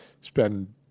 spend